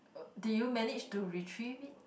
uh did you manage to retrieve it